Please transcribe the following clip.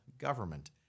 government